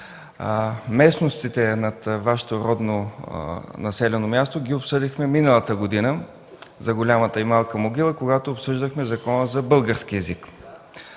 Местностите над Вашето родно населено място ги обсъдихме миналата година – за Голямата и Малка могила, когато обсъждахме Закона за българския език.